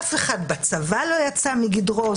אף אחד בצבא לא יצא מגדרו.